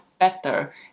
better